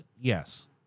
Yes